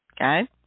Okay